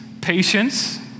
patience